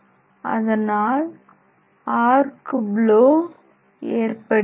அதனால் arc blow ஏற்படுகிறது